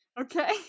Okay